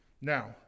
Now